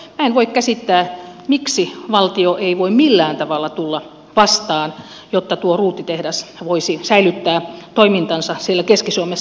minä en voi käsittää miksi valtio ei voi millään tavalla tulla vastaan jotta tuo ruutitehdas voisi säilyttää toimintansa siellä keski suomessa